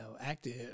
active